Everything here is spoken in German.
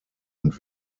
und